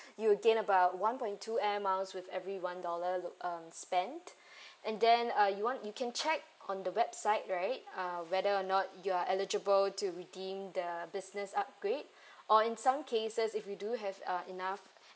you gain about one point two air miles with every one dollar look um spent and then uh you want you can check on the website right uh whether or not you're eligible to redeem the business upgrade or in some cases if we do have uh enough